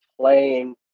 playing